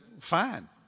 fine